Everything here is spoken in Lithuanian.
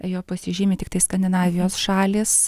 juo pasižymi tiktai skandinavijos šalys